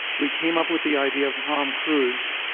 we came up with the idea of tom cruise.